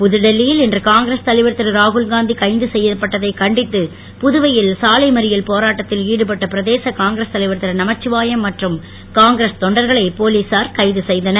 புதுடில்லி யில் இன்று காங்கிரஸ் தலைவர் திருராகுல் காந்தி கைது கெய்யப்பட்டதைக் கண்டித்து புதுவையில் சாலை மறியல் போராட்டத்தில் ஈடுபட்ட பிரதேச காங்கிரஸ் தலைவர் திருநமச்சிவாயம் மற்றும் காங்கிரஸ் தொண்டர்களை போலீசார் கைது செய்தனர்